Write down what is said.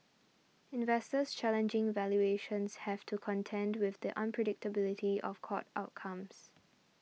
investors challenging valuations have to contend with the unpredictability of court outcomes